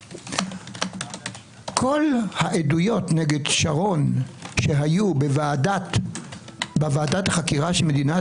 כל העדויות נגד שרון שהיו בוועדת החקירה של מדינת